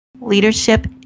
Leadership